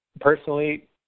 personally